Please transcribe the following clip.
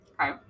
Okay